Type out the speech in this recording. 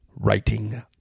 writing